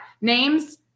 names